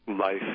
life